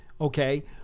okay